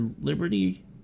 liberty